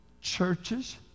Churches